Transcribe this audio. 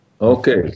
okay